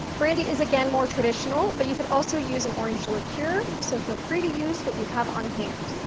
brandy is, again, more traditional, but you could also use an orange liqueur' so feel free to use what you have on hand.